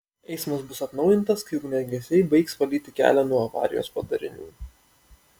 eismas bus atnaujintas kai ugniagesiai baigs valyti kelią nuo avarijos padarinių